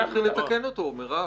בואי נתחיל לתקן אותו מירב.